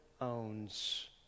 owns